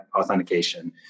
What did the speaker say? authentication